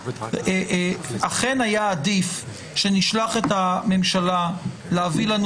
אכן היה עדיף שנשלח את הממשלה להביא לנו